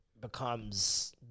becomes